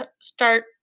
start